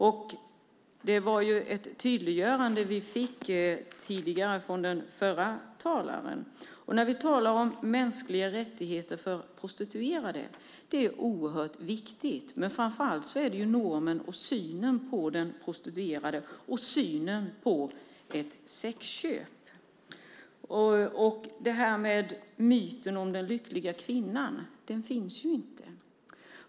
Vi fick ett tydliggörande från den föregående talaren. Mänskliga rättigheter för de prostituerade är oerhört viktigt, men det handlar framför allt om synen på den prostituerade och synen på sexköp. Sedan har vi myten om den lyckliga kvinnan - hon finns inte.